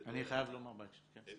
אני חייב לומר בהקשר הזה.